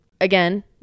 again